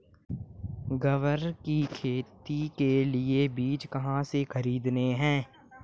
ग्वार की खेती के लिए बीज कहाँ से खरीदने हैं?